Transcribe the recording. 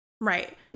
Right